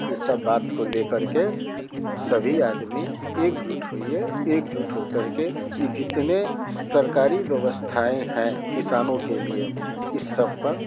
इस सब बात को ले करके सभी आदमी एकजुट होइए एकजुट हो करके ये जितने सरकारी व्यवस्थाएं हैं किसानों के लिए इस सब पर